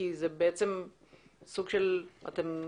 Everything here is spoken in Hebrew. כי כבר